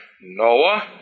Noah